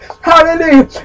hallelujah